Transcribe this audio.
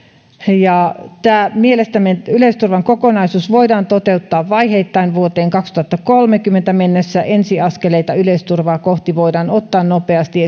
mielestämme yleisturvan kokonaisuus voidaan toteuttaa vaiheittain vuoteen kaksituhattakolmekymmentä mennessä ensiaskeleita yleisturvaa kohti voidaan ottaa nopeasti